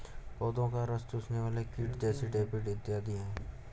पौधों का रस चूसने वाले कीट जैसिड, एफिड इत्यादि हैं